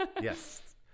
Yes